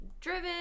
driven